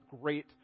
great